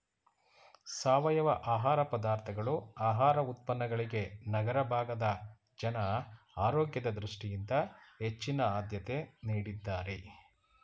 ಸಾವಯವ ಆಹಾರ ಪದಾರ್ಥಗಳು ಆಹಾರ ಉತ್ಪನ್ನಗಳಿಗೆ ನಗರ ಭಾಗದ ಜನ ಆರೋಗ್ಯದ ದೃಷ್ಟಿಯಿಂದ ಹೆಚ್ಚಿನ ಆದ್ಯತೆ ನೀಡಿದ್ದಾರೆ